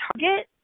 target